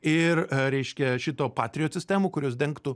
ir reiškia šito patriot sistemų kurios dengtų